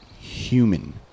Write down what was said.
human